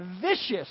vicious